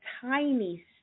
tiny